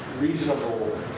reasonable